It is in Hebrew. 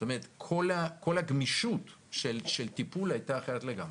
כל הגמישות של טיפול הייתה אחרת לגמרי.